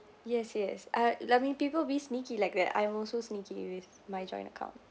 yes yes uh I mean people be sneaky like that I'm also sneaky with my joint account